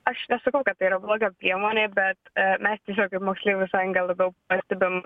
aš nesakau kad tai yra bloga priemonė bet mes tiesiog kaip moksleivių sąjunga labiau pastebim